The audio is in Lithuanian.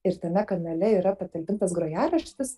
ir tame kanale yra patalpintas grojaraštis